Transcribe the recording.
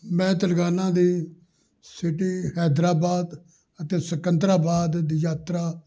ਮੈਂ ਤੇਲੰਗਾਨਾ ਦੀ ਸਿਟੀ ਹੈਦਰਾਬਾਦ ਅਤੇ ਸਿਕੰਦਰਾਵਾਦ ਦੀ ਯਾਤਰਾ